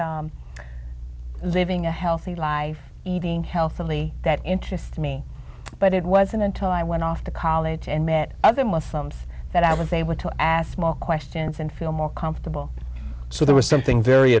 is living a healthy life eating healthily that interest me but it wasn't until i went off to college and met other muslims that i would they want to ask questions and feel more comfortable so there was something very